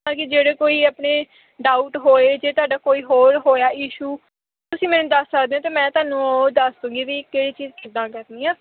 ਤਾਂ ਕਿ ਜਿਹੜੇ ਕੋਈ ਆਪਣੇ ਡਾਊਟ ਹੋਏ ਜੇ ਤੁਹਾਡਾ ਕੋਈ ਹੋਰ ਹੋਇਆ ਇਸ਼ੂ ਤੁਸੀਂ ਮੈਨੂੰ ਦੱਸ ਸਕਦੇ ਹੋ ਅਤੇ ਮੈਂ ਤੁਹਾਨੂੰ ਉਹ ਦੱਸ ਦੂੰਗੀ ਵੀ ਕਿਹੜੀ ਚੀਜ਼ ਕਿੱਦਾਂ ਕਰਨੀ ਆ